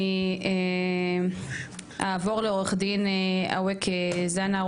אני אעבור לעורך הדין אווקה זנה,